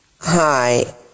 Hi